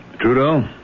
Trudeau